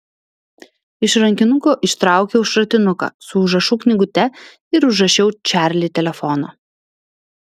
iš rankinuko ištraukiau šratinuką su užrašų knygute ir užrašiau čarli telefoną